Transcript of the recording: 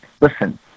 listen